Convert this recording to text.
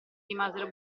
rimasero